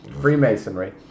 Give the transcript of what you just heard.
Freemasonry